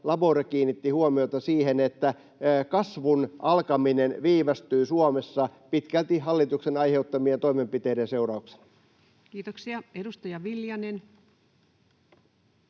Labore kiinnitti huomiota siihen, että kasvun alkaminen viivästyy Suomessa pitkälti hallituksen aiheuttamien toimenpiteiden seurauksena. [Speech 13] Speaker: